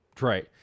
Right